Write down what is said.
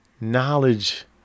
Knowledge